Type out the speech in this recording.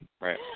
Right